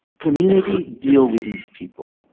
community, deal with these people.